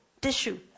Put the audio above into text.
tissue